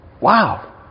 Wow